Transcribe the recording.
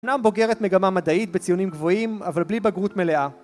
אמנם בוגרת מגמה מדעית בציונים גבוהים, אבל בלי בגרות מלאה